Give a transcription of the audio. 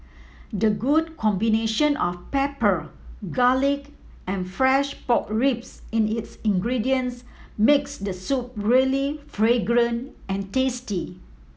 the good combination of pepper garlic and fresh pork ribs in its ingredients makes the soup really fragrant and tasty